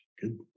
good